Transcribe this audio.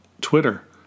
Twitter